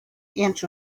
inch